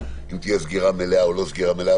אם תהיה סגירה מלאה או לא תהיה סגירה מלאה,